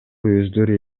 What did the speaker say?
өздөрү